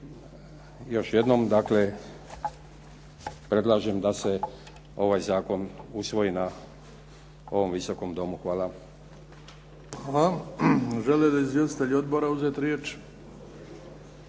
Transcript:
još jednom predlažem da se ovaj zakon usvoji na ovom Visokom domu. Hvala. **Bebić, Luka (HDZ)** Hvala. Žele li izvjestitelji odbora uzeti riječ?